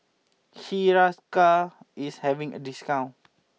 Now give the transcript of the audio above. Hiruscar is having a discount